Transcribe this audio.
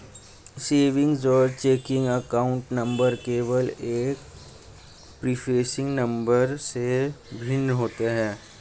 savings और checking account number केवल एक प्रीफेसिंग नंबर से भिन्न होते हैं